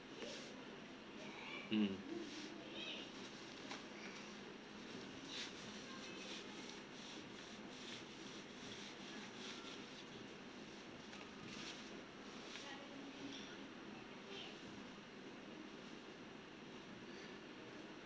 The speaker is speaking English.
mm